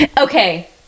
okay